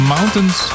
Mountains